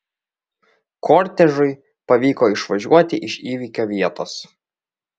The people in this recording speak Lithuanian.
kortežui pavyko išvažiuoti iš įvykio vietos